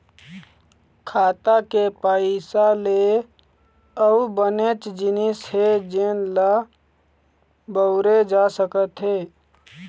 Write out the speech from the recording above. खाता के पइसा ले अउ बनेच जिनिस हे जेन ल बउरे जा सकत हे